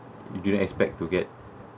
you didn't expect to get